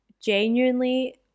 genuinely